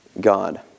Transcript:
God